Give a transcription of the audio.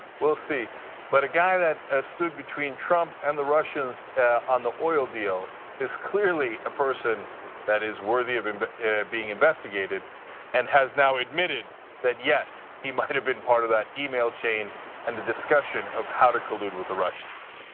we'll see but a guy that ah stood between trump and the russians on the oil deal is clearly a person that is worthy of um but being investigated and has now admitted that yes, he might have been part of the email chain and the discussion of how to collude with the russians.